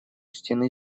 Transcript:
стены